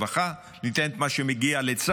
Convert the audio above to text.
ניתן את מה שמגיע לרווחה,